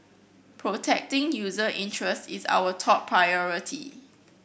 protecting user interests is our top priority